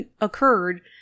occurred